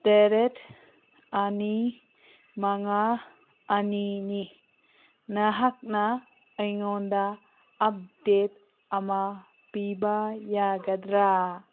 ꯇꯔꯦꯠ ꯑꯅꯤ ꯃꯉꯥ ꯑꯅꯤꯅꯤ ꯅꯍꯥꯛꯅ ꯑꯩꯉꯣꯟꯗ ꯑꯞꯗꯦꯠ ꯑꯃ ꯄꯤꯕ ꯌꯥꯒꯗ꯭ꯔꯥ